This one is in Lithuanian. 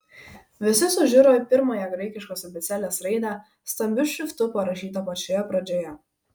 visi sužiuro į pirmąją graikiškos abėcėlės raidę stambiu šriftu parašytą pačioje pradžioje